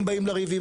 אם באים לריב עם